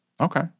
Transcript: Okay